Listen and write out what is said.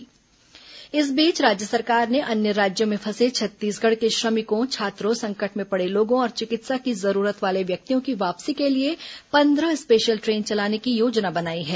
corona special train इस बीच राज्य सरकार ने अन्य राज्यों में फंसे छत्तीसगढ़ के श्रमिकों छात्रों संकट में पड़े लोगों और चिकित्सा की जरूरत वाले व्यक्तियों की वापसी के लिए पंदह स्पेशल ट्रेन चलाने की योजना बनाई है